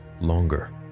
Longer